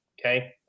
Okay